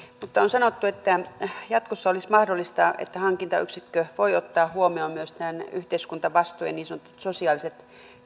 mutta on sanottu että jatkossa olisi mahdollista että hankintayksikkö voi ottaa huomioon myös tämän yhteiskuntavastuun ja niin sanotut sosiaaliset